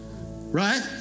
right